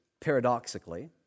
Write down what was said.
paradoxically